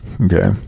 Okay